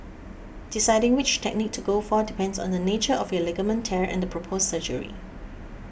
deciding which technique to go for depends on the nature of your ligament tear and the proposed surgery